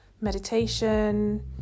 meditation